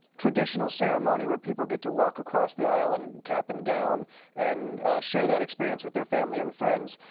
traditional ceremony where people get to walk across the aisle in cap and gown and share that experience with their family and friends.